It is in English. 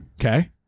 okay